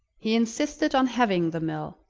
he insisted on having the mill,